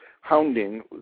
hounding